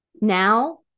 now